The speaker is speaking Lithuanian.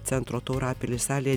centro taurapilis salėje